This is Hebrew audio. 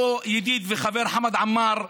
אותו ידיד וחבר חמד עמאר,